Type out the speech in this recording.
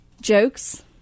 Jokes